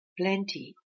plenty